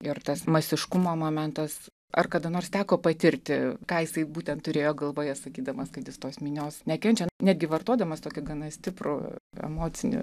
ir tas masiškumo momentas ar kada nors teko patirti ką jis taip būtent turėjo galvoje sakydamas kad jis tos minios nekenčia netgi vartodamas tokį gana stiprų emocinį